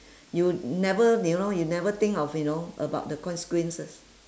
you never you know never think of you know about the consequences